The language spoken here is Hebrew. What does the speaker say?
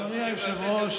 תודה רבה.